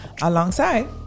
alongside